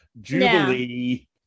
jubilee